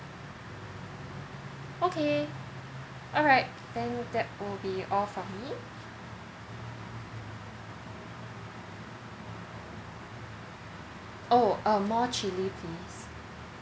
okay alright and that will be all from me oh um more chili please